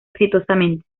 exitosamente